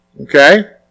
Okay